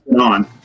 on